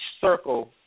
circle